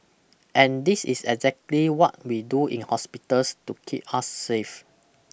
and this is exactly what we do in hospitals to keep us safe